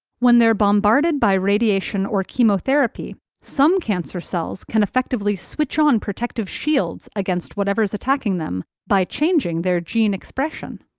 when they're bombarded by radiation or chemotherapy, some cancer cells can effectively switch on protective shields against whatever's attacking them by changing their gene expression.